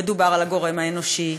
דובר על הגורם האנושי,